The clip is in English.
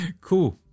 Cool